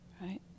Right